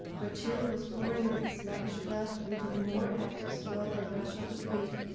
where till was pouring its sluggish flood into the more active swirl and rush of the tweed